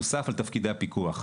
נוסף על תפקידי הפיקוח.